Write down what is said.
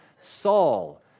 Saul